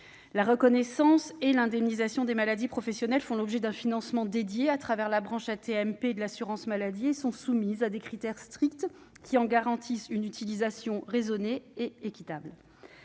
La reconnaissance et l'indemnisation des maladies professionnelles font l'objet d'un financement dédié à travers la branche AT-MP de l'assurance maladie et sont soumises à des critères stricts qui en garantissent une utilisation raisonnée et équitable.